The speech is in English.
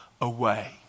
away